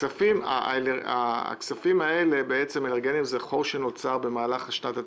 הכספים לאלרגים זה חור שנוצר במהלך שנת התקציב,